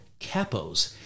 capos